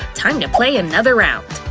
time to play another round!